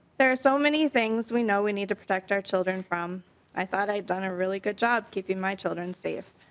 there are so many things we know we need to protect our children from good i thought i'd done a really good job keeping my children safe.